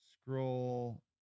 scroll